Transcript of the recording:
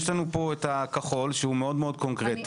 יש לנו פה את הכחול שהוא מאוד-מאוד קונקרטי